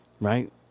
Right